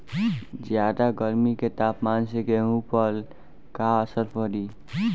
ज्यादा गर्मी के तापमान से गेहूँ पर का असर पड़ी?